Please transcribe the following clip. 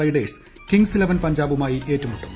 Riders kings eleven പഞ്ചാബുമായി ഏറ്റുമുട്ടും